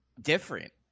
different